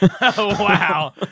wow